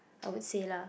I would say lah